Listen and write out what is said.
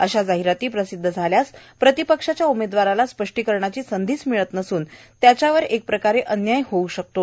अशा जाहिराती प्रसिद्ध झाल्यास प्रतिपक्षाच्या उमेदवाराला स्पष्टीकरणाची संधीच मिळत नसून त्यामुळे त्याच्यावर एक प्रकारे अन्याय होऊ शकतो